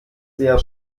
sehr